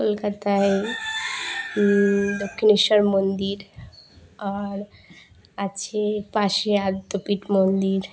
কলকাতায় দক্ষিণেশ্বর মন্দির আর আছে পাশে আদ্যাপীঠ মন্দির